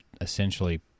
essentially